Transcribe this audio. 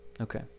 Okay